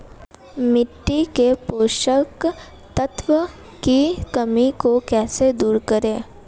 मिट्टी के पोषक तत्वों की कमी को कैसे दूर करें?